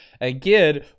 again